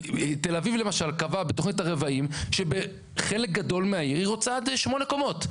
תל אביב למשל קבעה בתכנית הרבעים שבחלק גדול מהעיר היא רוצה עד 8 קומות.